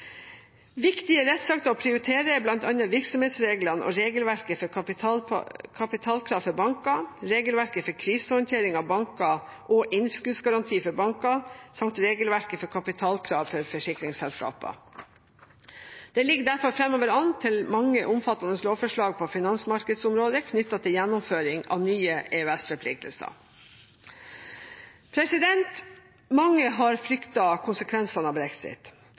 Viktige rettsakter å prioritere er bl.a. virksomhetsreglene og regelverket for kapitalkrav for banker, regelverket for krisehåndtering av banker og innskuddsgaranti for banker samt regelverket for kapitalkrav for forsikringsselskaper. Det ligger derfor framover an til mange omfattende lovforslag på finansmarkedsområdet knyttet til gjennomføring av nye EØS-forpliktelser. Mange har fryktet konsekvensene av brexit.